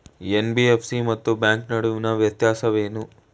NBFC ಮತ್ತು bank ನಡುವಿನ ವ್ಯತ್ಯಾಸವೇನು?